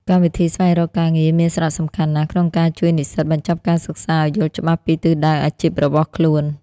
កម្មវិធីស្វែងរកការងារមានសារៈសំខាន់ណាស់ក្នុងការជួយនិស្សិតបញ្ចប់ការសិក្សាឱ្យយល់ច្បាស់ពីទិសដៅអាជីពរបស់ខ្លួន។